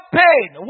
pain